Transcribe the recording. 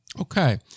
Okay